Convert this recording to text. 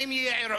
האם יהיה ערעור,